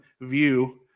view